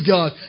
God